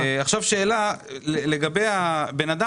שאלה לגבי בן אדם